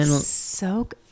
Soak